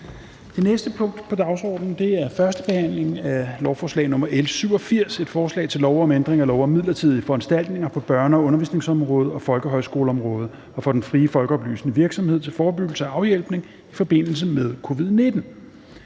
Det næste punkt på dagsordenen er: 19) 1. behandling af lovforslag nr. L 87: Forslag til lov om ændring af lov om midlertidige foranstaltninger på børne- og undervisningsområdet og folkehøjskoleområdet og for den frie folkeoplysende virksomhed til forebyggelse og afhjælpning i forbindelse med covid-19.